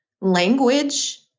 language